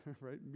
right